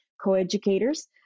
co-educators